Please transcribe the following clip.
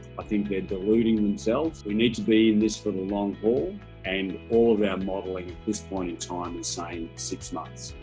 i think they're deluding themselves we need to be in this for the long haul and all of our and modeling this point in time is saying six months.